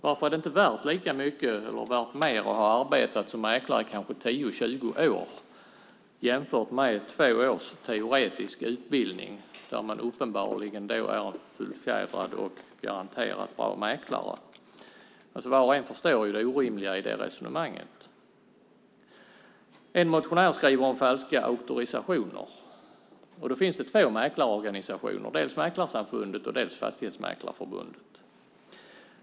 Varför är det inte värt lika mycket eller mer att ha arbetat som mäklare i 10 eller 20 år jämfört med två års teoretisk utbildning där man sedan uppenbarligen är en fullfjädrad och garanterat bra mäklare? Var och en förstår det orimliga i det resonemanget. En motionär skriver om falska auktorisationer. Det finns två mäklarorganisationer, Mäklarsamfundet och Fastighetsmäklarförbundet.